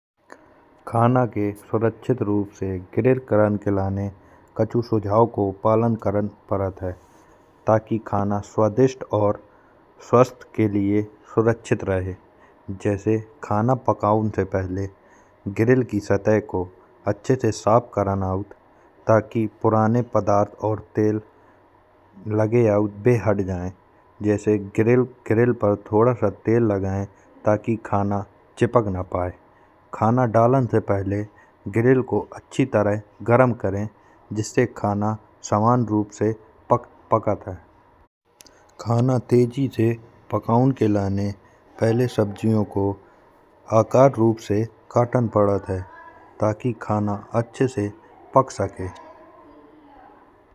खाना के सुरक्षित रूप से ग्रिल करन के लाने कछु सुझाव को पालन करन पड़त है। ताकि खाना स्वादिष्ट और स्वास्थ्य के लिए सुरक्षित रहे। जैसे खाना पकाउन से पहिले ग्रिल की सतह को अच्छे से साफ करन अउत। ताकि पुराने पदार्थ और तेल लग आउत वे हट जाए जैसे ग्रिल पर थोड़ा सा तेल लगाए। ताकि खाना चिपक न पाए खाना डालन से पहिले ग्रिल को अचि तरह गरम करे जिससे खाना समान रूप से पक पकत है। खाना तेजी से पकाउन के लाने पहिले सब्जियों को आकार रूप से कटान पड़त है ताकि खाना अच्छे से पक सके।